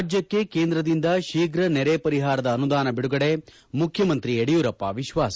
ರಾಜ್ಯಕ್ಷೆ ಕೇಂದ್ರದಿಂದ ಶೀಘ ನೆರೆ ಪರಿಹಾರದ ಅನುದಾನ ಬಿಡುಗಡೆ ಮುಖ್ಡಮಂತ್ರಿ ಯಡಿಯೂರಪ್ಪ ವಿಶ್ವಾಸ